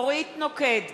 עזרא, אינו נוכח חמד עמאר,